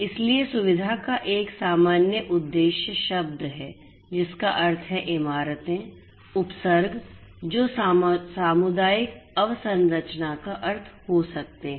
इसलिए सुविधा एक सामान्य उद्देश्य शब्द है जिसका अर्थ है इमारतें उपसर्ग जो सामुदायिक अवसंरचना का अर्थ हो सकते हैं